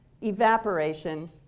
evaporation